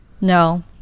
no